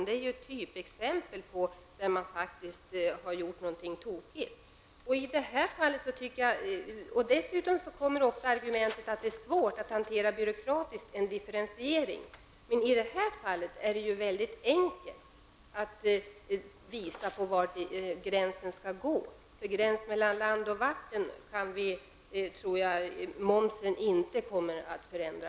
Det är ett typexempel på att man faktiskt gjort någonting tokigt. Dessutom får man ofta höra argumentet att det är svårt byråkratiskt att hantera en differentiering. Men i det här fallet är det enkelt att dra gränsen. Gränsen mellan land och vatten tror jag inte att momsen kommer att förändra.